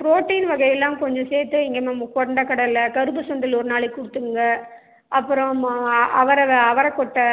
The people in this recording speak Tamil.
புரோட்டின் வகை எல்லாம் கொஞ்சம் சேர்த்து வைங்க மேம் கொண்ட கடலை கருப்பு சுண்டல் ஒரு நாளைக்கு கொடுத்து விடுங்க அப்புறமா அவரை அவரை கொட்டை